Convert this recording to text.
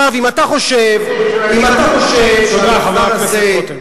לא, לא, אם אתה חושב, תודה, חבר הכנסת רותם.